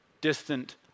distant